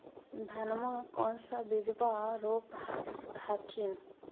धनमा कौन सा बिजबा रोप हखिन?